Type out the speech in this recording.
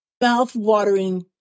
mouth-watering